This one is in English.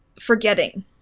forgetting